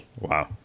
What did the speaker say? Wow